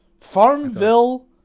Farmville